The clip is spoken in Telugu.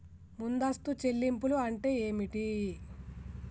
ముందస్తు చెల్లింపులు అంటే ఏమిటి?